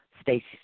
Stacey